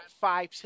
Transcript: five